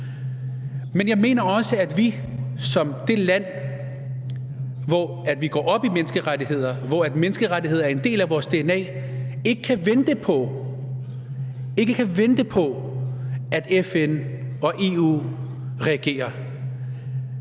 Men jeg mener også, at vi som det land, der går op i menneskerettigheder, og hvor menneskerettigheder er en del af vores dna, ikke kan vente på, at FN og EU reagerer.